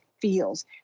feels